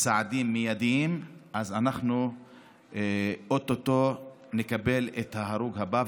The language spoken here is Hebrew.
צעדים מיידיים אז אנחנו או-טו-טו נקבל את ההרוג הבא,